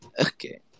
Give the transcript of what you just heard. Okay